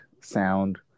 sound